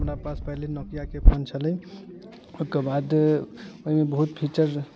हमरा पास पहले नोकियाके फोन छलै ओकर बाद ओहिमे बहुत फीचर